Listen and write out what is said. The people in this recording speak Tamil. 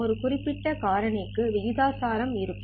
இது குறிப்பிட்ட காரணி க்கு விகிதாசார இருக்கும்